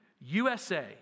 USA